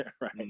right